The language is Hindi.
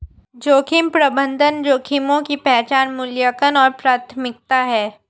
जोखिम प्रबंधन जोखिमों की पहचान मूल्यांकन और प्राथमिकता है